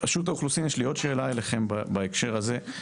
רשות האוכלוסין, יש לי עוד שאלה אליכם בהקשר הזה.